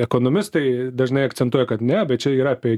ekonomistai dažnai akcentuoja kad ne bet čia yra apie